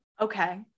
Okay